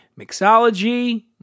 Mixology